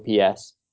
OPS